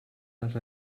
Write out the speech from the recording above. les